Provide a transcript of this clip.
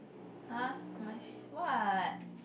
!huh! my is what